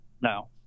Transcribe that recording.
No